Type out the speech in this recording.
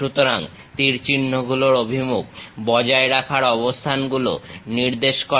সুতরাংতীর চিহ্ন গুলোর অভিমুখ বজায় রাখার অবস্থানগুলো নির্দেশ করে